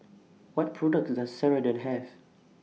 What products Does Ceradan Have